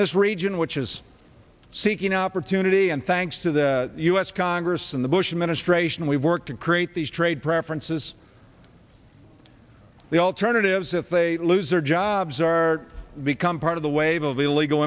this region which is seeking opportunity and thanks to the u s congress and the bush administration we work to create these trade preferences the alternatives if they lose their jobs are become part of the wave of illegal